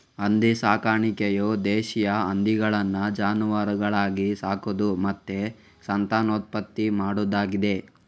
ಹಂದಿ ಸಾಕಾಣಿಕೆಯು ದೇಶೀಯ ಹಂದಿಗಳನ್ನ ಜಾನುವಾರುಗಳಾಗಿ ಸಾಕುದು ಮತ್ತೆ ಸಂತಾನೋತ್ಪತ್ತಿ ಮಾಡುದಾಗಿದೆ